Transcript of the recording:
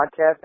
Podcast